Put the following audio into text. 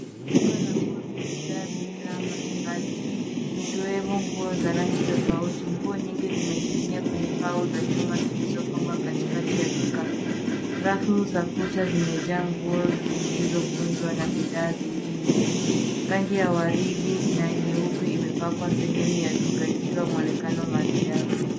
Duka la nguo limejaa bidhaa mbalimbali, zikiwemo nguo za rangi tofauti. Nguo nyingi zimening'inia kwenye pau za chuma zilizopangwa katikati ya duka. Rafu za kuta zimejaa nguo zilizokunjwa na bidhaa zingine. Rangi ya waridi na nyeupe imepakwa sehemu ya duka ikitoa muonekano maridadi.